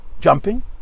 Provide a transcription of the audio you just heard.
jumping